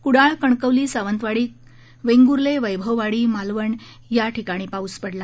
कुडाळ कणकवली सावंतवाडी कणकवली वेंगूर्ले वैभववाडी मालवण या सर्व ठिकाणी पाऊस पडला